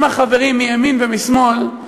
עם החברים מימין ומשמאל,